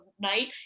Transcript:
night